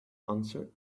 answered